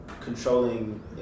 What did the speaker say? Controlling